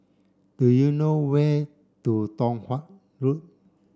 do you know where to Tong Watt Road